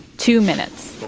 two minutes.